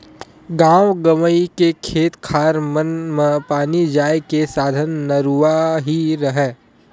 गाँव गंवई के खेत खार मन म पानी जाय के साधन नरूवा ही हरय